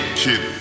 kid